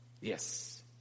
Yes